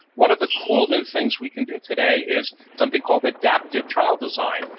one of the cool new things we can do today is something called adaptive trial design.